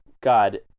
god